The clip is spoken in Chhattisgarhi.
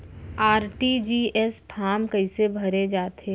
आर.टी.जी.एस फार्म कइसे भरे जाथे?